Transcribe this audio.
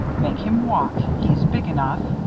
make him walk he's big enough.